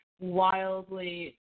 wildly